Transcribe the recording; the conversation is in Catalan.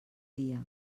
dia